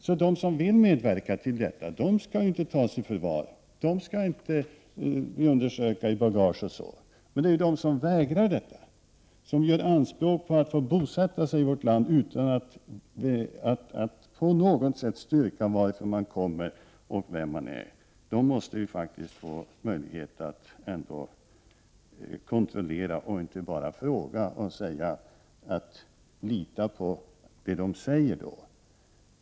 Men de som vill medverka skall inte tas i förvar, deras bagage skall inte undersökas, osv. Det finns emellertid de som vägrar att hjälpa till. Somliga gör anspråk på att få bosätta sig i vårt land utan att på något sätt styrka varifrån de kommer och vilka de är. I sådana fall måste vi ha möjlighet att kontrollera och inte bara fråga och sedan lita på vad personerna säger.